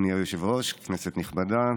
אדוני היושב-ראש, כנסת נכבדה,